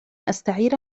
أستعير